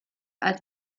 als